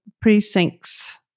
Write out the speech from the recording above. precincts